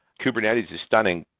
kubernetes is stunning,